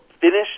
finish